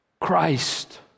Christ